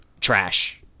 trash